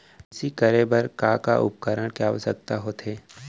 कृषि करे बर का का उपकरण के आवश्यकता होथे?